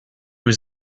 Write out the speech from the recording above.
was